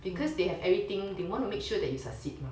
because they have everything they want to make sure that you succeed